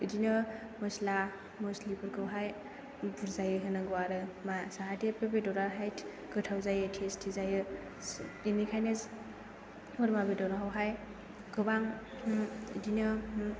बिदिनो मस्ला मस्लिफोरखौहाय बुरजायै होनांगौ आरोमा जाहाथे बे बेदराहाय गोथाव जायो टेस्टि जायो बेनिखायनो बोरमा बेदरावहाय गोबां बिदिनो